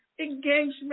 engagement